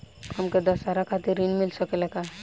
हमके दशहारा खातिर ऋण मिल सकेला का?